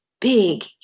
big